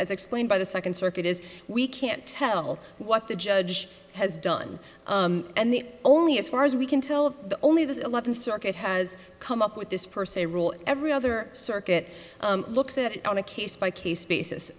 as explained by the second circuit is we can't tell what the judge has done and the only as far as we can tell the only this eleventh circuit has come up with this per se rule every other circuit looks at it on a case by case basis